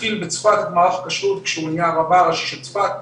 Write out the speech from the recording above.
התחיל בצפת את מערך הכשרות כשהוא נהיה רבה הראשי של צפת.